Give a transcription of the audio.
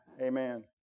Amen